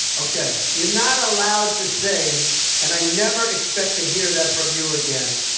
ok. you're not allowed to say and i never expect to hear that from you again.